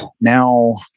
now